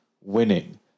winning